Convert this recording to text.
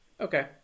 Okay